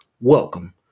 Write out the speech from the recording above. Welcome